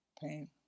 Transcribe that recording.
Pain